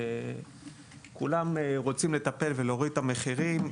וכולם רוצים לטפל ולהוריד את המחירים.